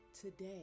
Today